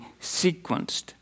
sequenced